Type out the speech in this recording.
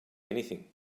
anything